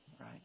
right